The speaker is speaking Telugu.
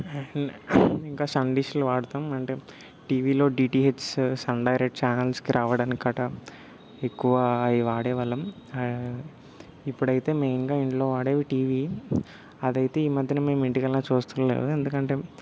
ఇంకా సన్ డిష్లు వాడతాం అంటే టీవీలో డిటిహెచ్ సన్ డైరెక్ట్ ఛానల్స్ రావడానికి కటా ఎక్కువ అవి వాడేవాళ్ళం ఇప్పుడైతే మెయిన్గా ఇంట్లో వాడేవి టీవీ అదైతే ఈ మధ్యన మేం ఇంటికెళ్ళినా చూస్తల్లేదు ఎందుకంటే